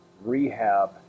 rehab